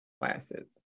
classes